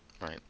Right